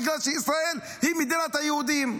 בגלל שישראל היא מדינת היהודים.